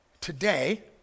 today